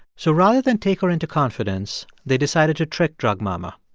so rather than take her into confidence, they decided to trick drug mama.